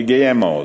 אני מברך אתכם,